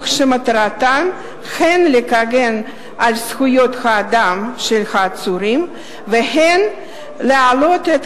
שמטרתן הן להגן על זכויות האדם של העצורים והן להעלות את